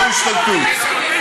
זו השתלטות.